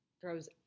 throws